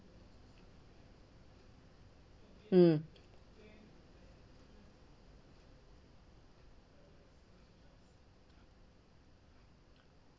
mm